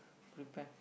prepare